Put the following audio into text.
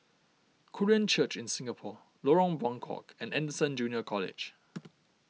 Korean Church in Singapore Lorong Buangkok and Anderson Junior College